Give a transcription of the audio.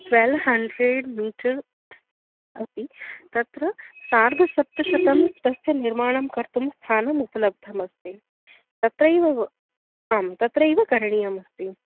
twelve hundred metre अस्ति तत्र सार्धसप्तशतं तस्य निर्माणं कर्तुं स्थानमुपलब्धमस्ति तत्रैव वा आं तत्रैव करणीयमस्ति